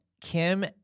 Kim